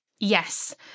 Yes